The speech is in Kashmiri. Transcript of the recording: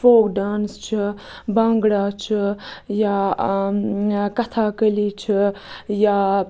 فوک ڈانٕس چھُ بانگڑا چھُ یا کَتھا کٔلی چھُ یا